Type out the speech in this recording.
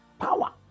Power